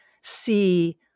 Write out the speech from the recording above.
see